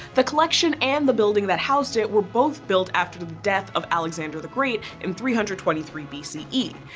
the collection and the building that housed it were both built after the death of alexander the great in three hundred and twenty three b c e.